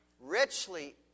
richly